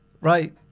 Right